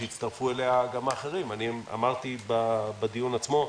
שהצטרפו אליה גם האחרים אמרתי בדיון עצמו,